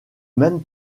même